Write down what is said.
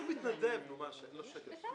הוא מתנדב --- זו מערכת המשפט הישראלית.